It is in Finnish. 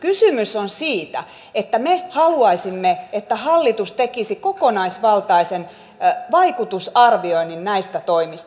kysymys on siitä että me haluaisimme että hallitus tekisi kokonaisvaltaisen vaikutusarvioinnin näistä toimista